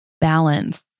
balance